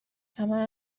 همه